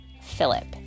Philip